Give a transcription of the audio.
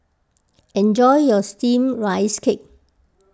enjoy your Steamed Rice Cake